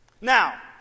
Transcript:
Now